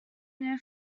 new